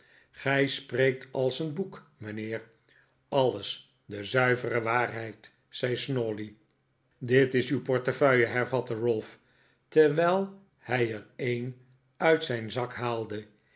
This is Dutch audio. gij spreekt als een boek mijnheer alles de zuivere waarheid zei snawley dit is uw portefeuille hervatte ralph terwijl hij er een uit zijn zak haalde